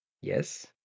Yes